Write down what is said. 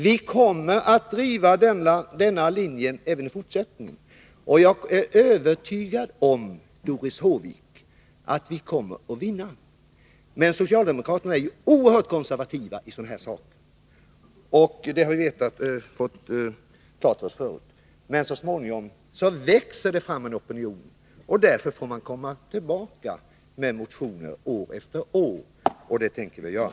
Vi kommer att driva denna linje även i fortsättningen, och jag är övertygad om, Doris Håvik, att vi kommer att vinna. Men socialdemokraterna är oerhört konservativa när det gäller sådana här saker. Det har vi fått klart för oss. Men så småningom växer det fram en opinion. Därför får man komma tillbaka med motioner år efter år, och det tänker vi göra.